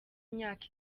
imyaka